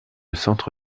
centre